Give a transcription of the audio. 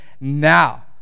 now